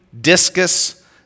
Discus